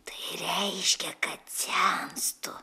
tai reiškia kad senstu